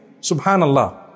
Subhanallah